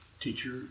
teacher